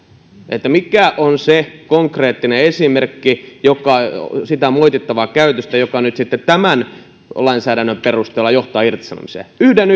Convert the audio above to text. että mikä on se konkreettinen esimerkki joka on sitä moitittavaa käytöstä joka nyt sitten tämän lainsäädännön perusteella johtaa irtisanomiseen yhden